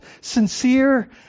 sincere